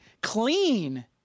clean